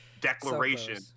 declaration